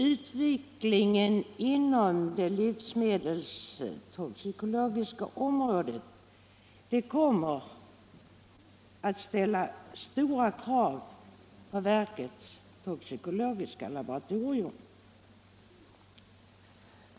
Utvecklingen inom det livsmedelstoxikologiska området kommer att ställa stora krav på verkets toxikologiska laboratorium.